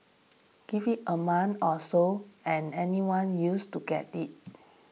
give it a month or so and anyone used to get it